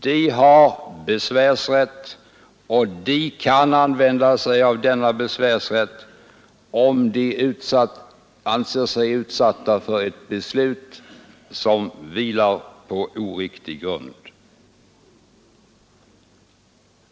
De har besvärsrätt, och de kan använda sig av denna besvärsrätt, om de anser sig utsatta för ett beslut som vilar på oriktig grund.